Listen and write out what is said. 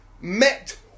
Met